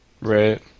Right